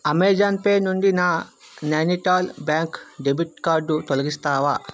Amazon pay నుండి నా Nainital bank debit card తొలగిస్తావా